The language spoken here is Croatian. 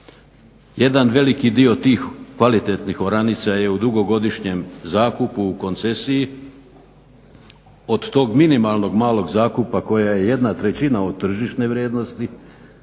Jedan veliki dio tih kvalitetnih oranica je u dugogodišnjem zakupu, u koncesiji. Od tog minimalnog malog zakupa koja je jedna trećina od tržišne vrijednosti